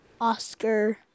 Oscar